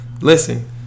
Listen